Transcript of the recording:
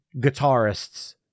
guitarists